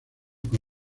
con